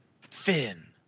finn